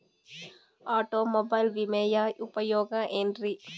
Automobile ವಿಮೆಯ ಉಪಯೋಗ ಏನ್ರೀ?